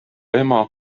ema